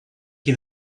qui